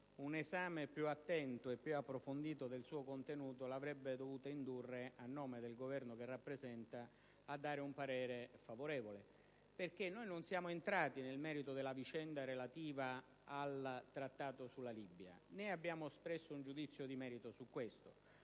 un esame più attento e più approfondito del suo contenuto avrebbe dovuto indurre il Ministro, a nome del Governo che rappresenta, ad esprimere un parere favorevole. Noi non siamo entrati nel merito della vicenda relativa al trattato con la Libia, né abbiamo espresso un giudizio di merito in proposito.